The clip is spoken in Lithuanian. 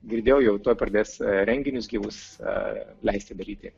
girdėjau jau tuoj pradės renginius gyvus leisti daryti